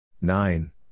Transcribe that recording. nine